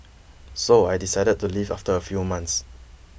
so I decided to leave after a few months